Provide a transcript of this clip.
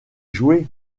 joué